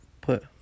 Put